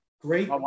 Great